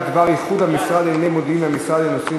בדבר איחוד המשרד לענייני מודיעין והמשרד לנושאים